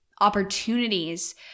opportunities